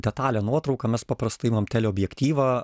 detalią nuotrauką mes paprastai imam teleobjektyvą